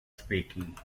speaking